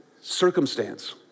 circumstance